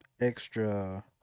extra